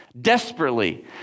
desperately